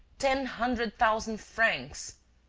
ten hundred thousand francs!